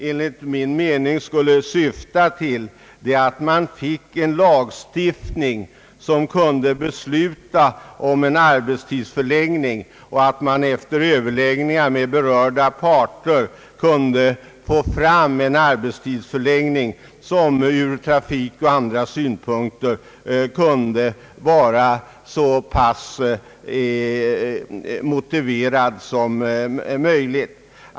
Enligt min mening skulle utredningen syfta till en lagstiftning som gör det möjligt att genom överläggningar med berörda parter få fram en arbetstidsförläggning som är så väl motiverad som möjligt med hänsyn till trafiken och andra faktorer.